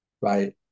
right